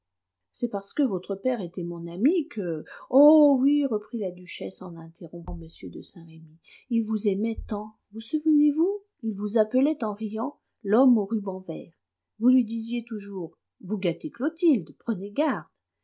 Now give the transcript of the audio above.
c'est parce que votre père était mon ami que oh oui reprit la duchesse en interrompant m de saint-remy il vous aimait tant vous souvenez-vous il vous appelait en riant l'homme aux rubans verts vous lui disiez toujours vous gâtez clotilde prenez garde